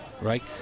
right